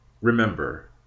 remember